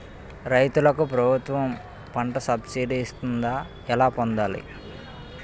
రైతులకు ప్రభుత్వం పంట సబ్సిడీ ఇస్తుందా? ఎలా పొందాలి?